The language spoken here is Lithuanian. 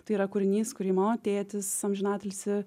tai yra kūrinys kurį mano tėtis amžinatilsį